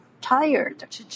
tired